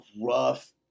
rough